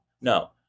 No